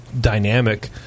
dynamic